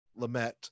LaMette